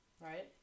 right